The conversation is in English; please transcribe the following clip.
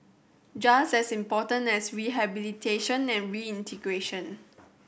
just as important as rehabilitation and reintegration